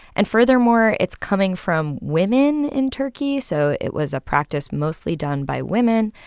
and furthermore, it's coming from women in turkey, so it was a practice mostly done by women.